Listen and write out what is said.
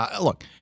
look